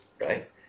Right